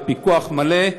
בפיקוח מלא,